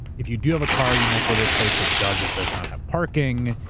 if you do have a car, you might go to a place that does or does not have parking.